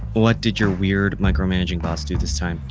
what did your weird micromanaging boss do this time?